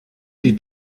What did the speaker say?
die